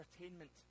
entertainment